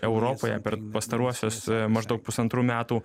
europoje per pastaruosius maždaug pusantrų metų